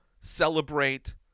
celebrate